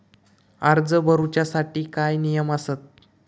कर्ज भरूच्या साठी काय नियम आसत?